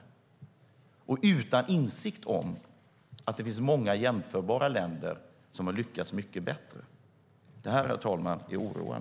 Hon saknar dessutom insikt om att det finns många jämförbara länder som har lyckats bättre. Det är oroande, herr talman.